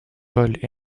paul